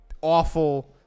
awful